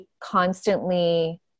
constantly